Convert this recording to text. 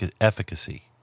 efficacy